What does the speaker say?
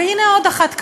והנה עוד אחת כזאת.